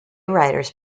writers